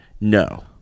No